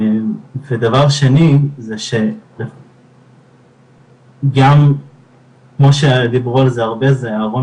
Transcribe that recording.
ודבר שני זה שגם כמו שדיברו על זה הרבה זה הארון